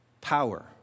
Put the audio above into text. power